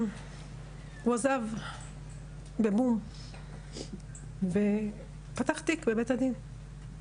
הוא עזב בבום ופתח תיק בבית הדין.